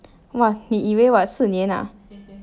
!wah! 你以为 what 四年 ah